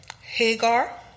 Hagar